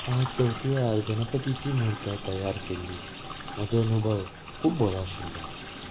हांवें चवथी वेळार गणपतीची मुर्त तयार केल्ली म्हजो अनुभव खूब बरो आशिल्लो